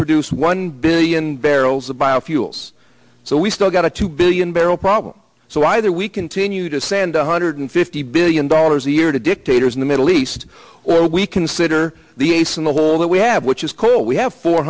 produce one billion barrels of biofuels so we still got a two billion barrel problem so either we continue to send one hundred fifty billion dollars a year to dictators in the middle east or we consider the ace in the hole that we have which is coal we have four